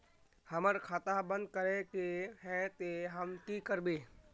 हमर खाता बंद करे के है ते हम की करबे?